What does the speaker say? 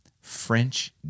French